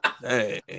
Hey